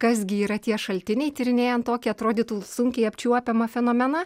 kas gi yra tie šaltiniai tyrinėjant tokį atrodytų sunkiai apčiuopiamą fenomeną